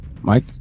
Mike